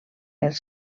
els